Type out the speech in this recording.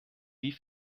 wie